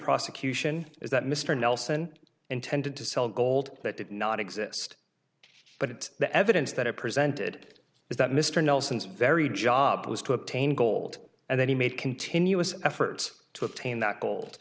prosecution is that mr nelson intended to sell gold that did not exist but the evidence that are presented is that mr nelson's very job was to obtain gold and that he made continuous efforts to obtain that gold